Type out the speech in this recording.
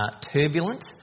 turbulent